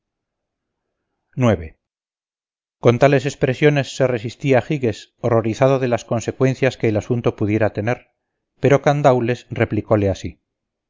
con tales expresiones se resistía giges horrorizado de las consecuencias que el asunto pudiera tener pero candaules replicóle así